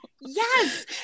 yes